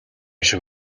шиг